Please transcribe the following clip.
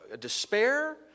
despair